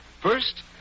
First